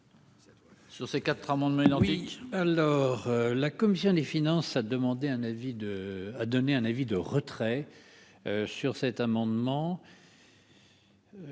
Sur ces quatre amendements identiques